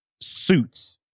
suits